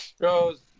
goes